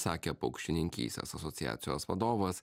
sakė paukštininkystės asociacijos vadovas